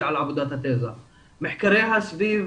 ועל כן אני אקצר ואגיד את